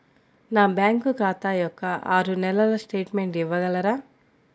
నా బ్యాంకు ఖాతా యొక్క ఆరు నెలల స్టేట్మెంట్ ఇవ్వగలరా?